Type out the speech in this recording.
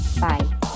Bye